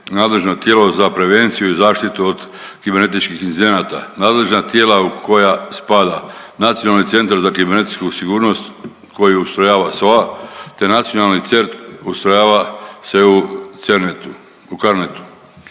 nadležno tijelo za prevenciju i zaštitu od kibernetičkih incidenata. Nadležna tijela u koje spada Nacionalni centar za kibernetičku sigurnost koji ustrojava SOA te nacionalni …/Govornik se ne